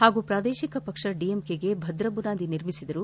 ಹಾಗೂ ಪ್ರಾದೇಶಿಕ ಪಕ್ಷ ಡಿಎಂಕೆಗೆ ಭದ್ರಬುನಾದಿ ನಿರ್ಮಿಸಿದರು